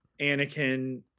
Anakin